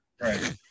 Right